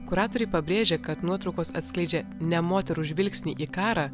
kuratoriai pabrėžė kad nuotraukos atskleidžia ne moterų žvilgsnį į karą